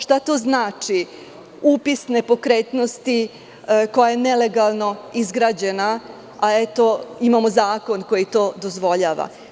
Šta to znači upis nepokretnosti koja je nelegalno izgrađena, a eto imamo zakon koji to dozvoljava?